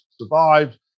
survived